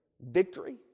victory